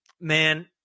man